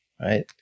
Right